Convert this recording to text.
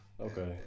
Okay